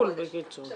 אבל